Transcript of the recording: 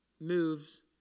moves